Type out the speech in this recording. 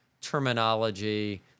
terminology